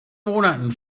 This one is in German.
monaten